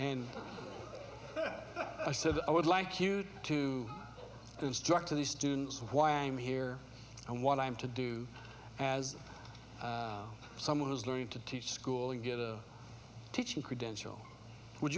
and i said i would like you to instruct to the students of why i'm here and what i'm to do as someone who's going to teach school and get a teaching credential would